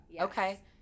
Okay